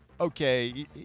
okay